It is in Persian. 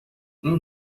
این